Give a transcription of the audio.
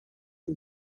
and